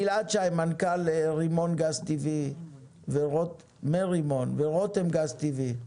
גלעד שי, מנכ"ל מרימון גז טבעי ורותם גז טבעי.